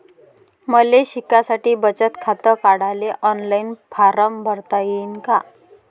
मले शिकासाठी बचत खात काढाले ऑनलाईन फारम भरता येईन का?